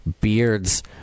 beards